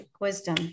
wisdom